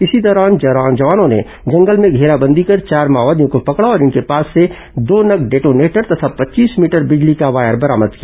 इसी दौरान जवानों ने जंगल में घेराबंदी कर चार माओवादियों को पकड़ा और इनके पास से दो नग डेटोनेटर तथा पच्चीस मीटर बिजली का वायर बरामद किया